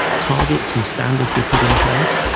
targets and standards were put in place,